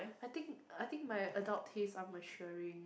I think I think my adult tastes are maturing